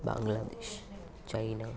Bangladesh China